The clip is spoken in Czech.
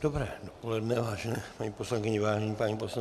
Dobré dopoledne, vážené paní poslankyně, vážení páni poslanci.